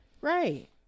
right